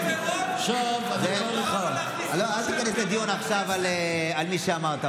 אל תיכנס לדיון עכשיו על מי שאמרת.